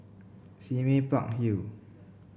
Sime Park Hill